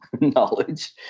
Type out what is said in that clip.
knowledge